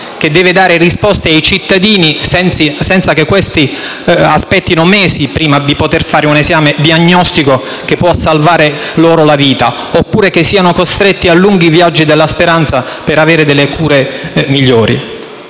capace di dare risposte ai cittadini, senza che questi debbano aspettare mesi per poter fare un esame diagnostico che può salvare loro la vita, oppure che siano costretti a lunghi viaggi della speranza per avere cure migliori.